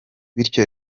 bityo